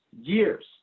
years